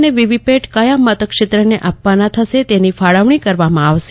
અને વીવીપેટ કથા મતક્ષેત્રને આપવાના થશે તેની ફાડવાની કરવામાં આવશે